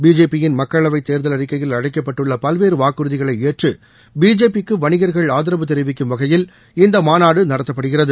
பிஜேபியின் மக்களவை தேர்தல் அறிக்கையில் அளிக்கப்பட்டுள்ள பல்வேறு வாக்குறுதிகளை ஏற்று பிஜேபிக்கு வணிகர்கள் ஆதரவு தெரிவிக்கும் வகையில் இந்த மாநாடு நடத்தப்படுகிறது